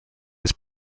his